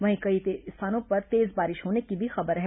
वहीं कई स्थानों पर तेज बारिश होने की भी खबर है